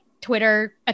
Twitter